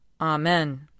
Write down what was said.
Amen